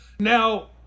Now